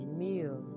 meal